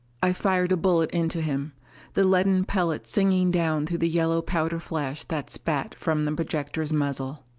i fired a bullet into him the leaden pellet singing down through the yellow powder flash that spat from the projector's muzzle.